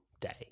day